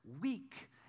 weak